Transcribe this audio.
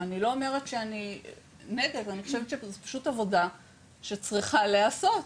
אני חושבת שזו פשוט עבודה שצריכה להיעשות.